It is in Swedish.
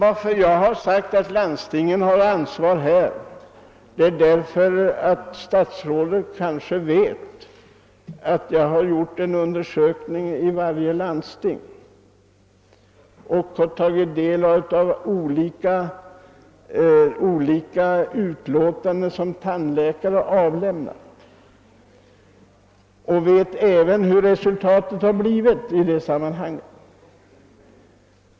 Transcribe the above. Anledningen till att jag har velat lägga ansvaret på landstingen är att jag, som statsrådet kanske vet, har gjort en undersökning i varje landsting och därvid fått ta del av olika utlåtanden som tandläkare avgivit, och jag vet hurudant resultatet blivit.